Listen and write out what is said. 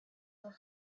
were